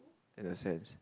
in a sense